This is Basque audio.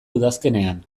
udazkenean